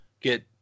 get